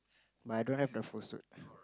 but I don't have the full suit